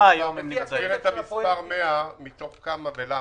-- תסביר את המספר 100, מתוך כמה ולמה.